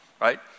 right